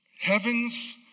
heavens